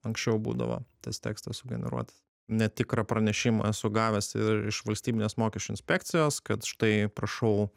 anksčiau būdavo tas tekstas sugeneruotas netikrą pranešimą esu gavęs ir iš valstybinės mokesčių inspekcijos kad štai prašau